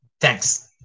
Thanks